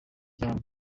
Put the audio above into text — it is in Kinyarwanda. cyane